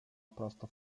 prosto